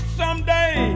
someday